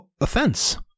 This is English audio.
offense